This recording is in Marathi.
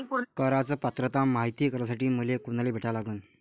कराच पात्रता मायती करासाठी मले कोनाले भेटा लागन?